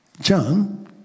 John